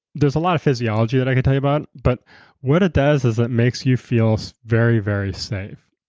there's a lot of physiology that i can tell you about but what it does is it makes you feel very, very safe.